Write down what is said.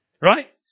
Right